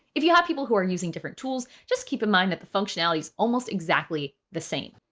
if you have people who are using different tools, just keep in mind that the functionality is almost exactly the same.